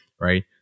right